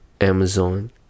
amazon